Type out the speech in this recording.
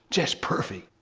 just perfect.